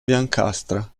biancastra